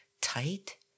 tight